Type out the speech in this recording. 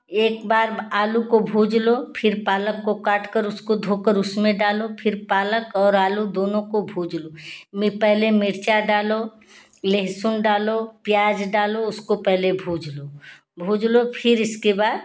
एक बार आलू को भुज लो फिर पालक को काट कर उसको धोकर उसमें डालो फिर पालक और आलू दोनों को भुज लो में पहले मिर्चा डालो लहसून डालो प्याज डालो उसको पहले भुज लो भुज लो फिर इसके बाद